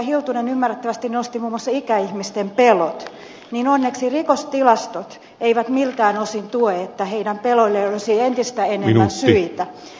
hiltunen ymmärrettävästi nosti muun muassa ikäihmisten pelot niin onneksi rikostilastot eivät miltään osin tue että heidän peloilleen olisi entistä enemmän syitä